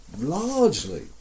largely